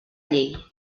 llei